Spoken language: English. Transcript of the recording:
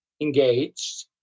engaged